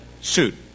suit